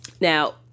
now